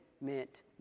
meant